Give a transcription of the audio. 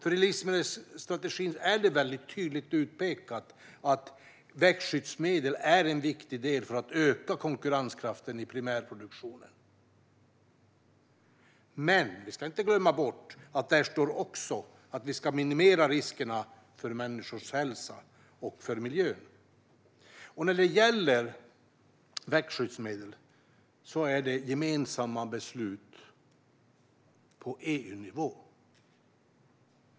I livsmedelsstrategin är det tydligt utpekat att växtskyddsmedel är en viktig del för att öka konkurrenskraften i primärproduktionen. Men vi ska inte glömma bort att där också står att vi ska minimera riskerna för människors hälsa och för miljön. När det gäller växtskyddsmedel är det gemensamma beslut på EU-nivå.